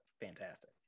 fantastic